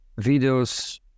videos